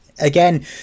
again